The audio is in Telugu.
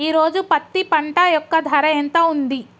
ఈ రోజు పత్తి పంట యొక్క ధర ఎంత ఉంది?